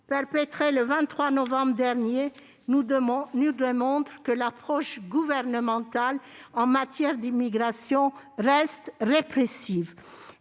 perpétrés le 23 novembre dernier, démontrent que l'approche gouvernementale en matière d'immigration reste répressive.